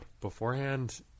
beforehand